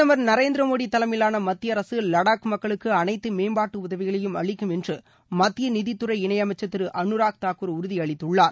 பிரதமர் நரேந்திர மோடி தலைமையிலான மத்திய அரசு வடாக் மக்களுக்கு அனைத்து மேம்பாட்டு உதவிகளையும் அளிக்கும் என்று மத்திய நிதித்துறை இணையமைச்சர் திரு அனுராக் தாக்கூர் உறுதி அளித்துள்ளார்